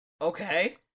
Okay